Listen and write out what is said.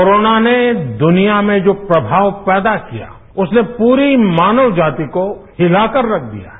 corona ने दुनिया में जो प्रभाव पैदा किया उसने पूरी मानव जाति को हिलाकर रख दिया है